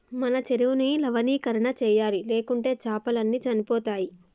మన చెరువుని లవణీకరణ చేయాలి, లేకుంటే చాపలు అన్ని చనిపోతయ్